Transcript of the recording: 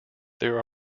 there